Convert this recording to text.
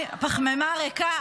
--- פחמימה ריקה.